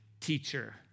teacher